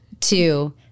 two